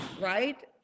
Right